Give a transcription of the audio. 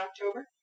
October